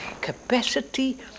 capacity